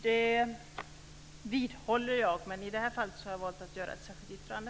Det vidhåller jag, men i det här fallet har jag valt att göra ett särskilt yttrande.